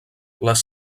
les